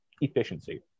efficiency